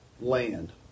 land